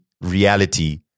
reality